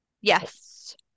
Yes